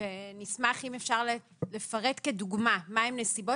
נשמח אם אפשר לפרט כדוגמה מה הן נסיבות